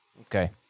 Okay